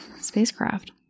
spacecraft